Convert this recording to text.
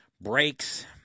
breaks